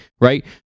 Right